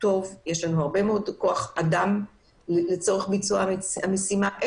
יש לנו הרבה כוח אדם לצורך ביצוע המשימה.